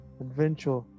adventure